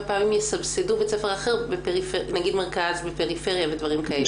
פעמים יסבסדו בית ספר אחד נגיד מרכז ופריפריה ודברים כאלה.